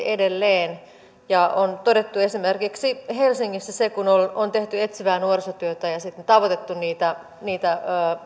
edelleen ja esimerkiksi helsingissä kun on tehty etsivää nuorisotyötä ja sitten on tavoitettu niitä niitä